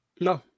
No